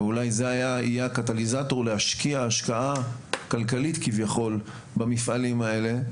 אבל אולי זה יהיה הקטליזטור להשקיע השקעה כלכלית כביכול במפעלים האלה.